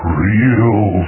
real